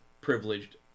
privileged